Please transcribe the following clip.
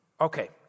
Okay